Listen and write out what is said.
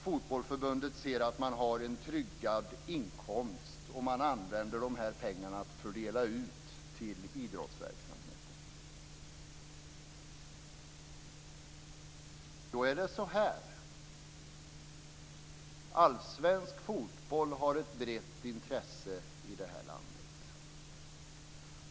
Fotbollförbundet får en tryggad inkomst och fördelar ut de här pengarna till idrottsverksamheten. Allsvensk fotboll har ett brett intresse i det här landet.